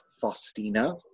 Faustina